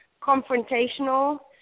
confrontational